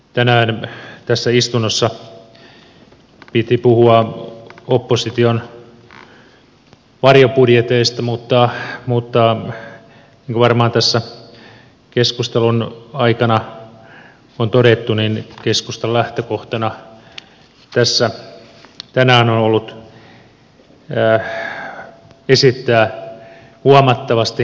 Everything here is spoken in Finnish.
tänään tässä istunnossa piti puhua opposition varjobudjeteista mutta niin kuin varmaan tässä keskustelun aikana on todettu keskustan lähtökohtana tänään on ollut esittää huomattavasti massiivisempia vaihtoehtoja